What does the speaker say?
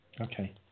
Okay